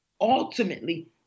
ultimately